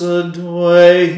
adore